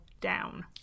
down